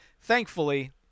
thankfully